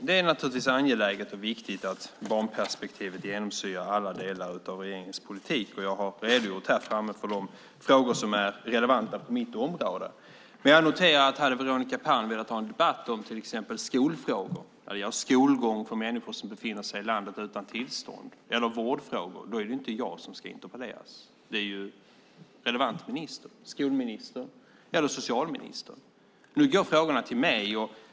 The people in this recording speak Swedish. Herr talman! Det är angeläget och viktigt att barnperspektivet genomsyrar alla delar av regeringens politik. Jag har här framme redogjort för de frågor som är relevanta på mitt område. Jag noterar att hade Veronica Palm velat ha en debatt om till exempel skolfrågor, skolgång för människor som befinner sig i landet utan tillstånd eller vårdfrågor är det inte jag som ska interpelleras utan relevant minister, skolministern eller socialministern. Nu går frågorna till mig.